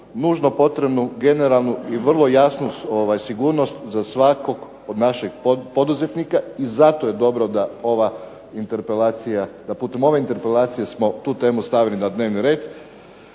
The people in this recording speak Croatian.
nužno potrebnu generalnu i vrlo jasnu sigurnost za svakog od našeg poduzetnika i zato je dobro da ova interpelacija, da putem ove interpelacije smo tu temu stavili na dnevni red.